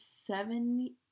seven